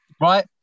right